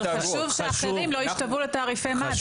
חשוב שאחרים לא ישתוו לתעריפי מד"א,